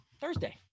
Thursday